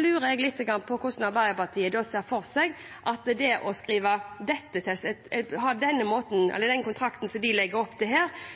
lurer jeg på hvordan Arbeiderpartiet ser for seg at å ha den kontrakten de legger opp til her,